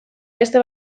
beste